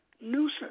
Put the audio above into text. nuisance